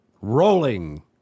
rolling